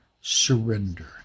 surrender